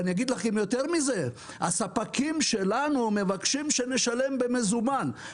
אגיד לכם יותר מזה: הספקים שלנו מבקשים שנשלם במזומן.